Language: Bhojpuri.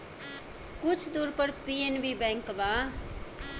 कुछ दूर पर पी.एन.बी बैंक बा